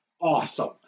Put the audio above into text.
Awesome